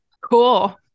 Cool